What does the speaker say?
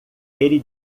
ele